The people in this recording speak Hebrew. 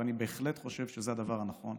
ואני בהחלט חושב שזה הדבר הנכון,